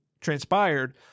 transpired